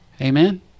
Amen